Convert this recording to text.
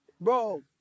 Bro